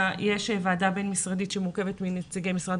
יש ועדה בין-משרדית שמורכבת מנציגי משרד